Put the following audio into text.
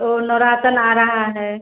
वो नवरात्र आ रहा है